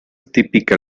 típica